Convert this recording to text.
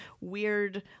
weird